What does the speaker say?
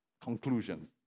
conclusions